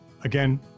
Again